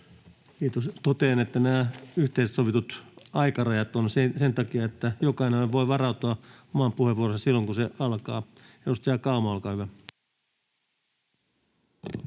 Kiitos. — Totean, että nämä yhteisesti sovitut aikarajat ovat sen takia, että jokainen voi varautua omaan puheenvuoroonsa ja siihen, kun se alkaa. — Edustaja Kauma, olkaa hyvä.